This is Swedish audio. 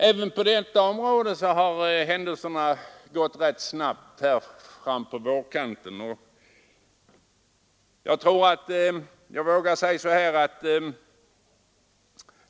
Även på detta område har utvecklingen gått rätt snabbt fram på vårkanten.